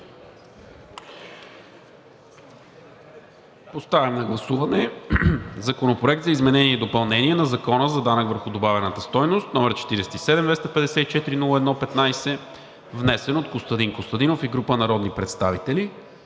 Поставям на гласуване Законопроект за изменение и допълнение на Закона за данък върху добавената стойност, № 47-254-01-15, внесен от Костадин Костадинов и група народни представители